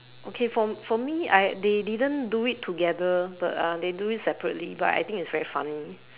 okay for for me I they they didn't do it together but uh they do it separately but I think it's very funny